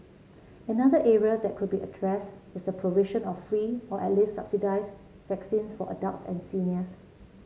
another area that could be addressed is the provision of free or at least subsidised vaccines for adults and seniors